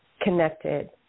connected